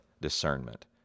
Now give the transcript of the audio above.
discernment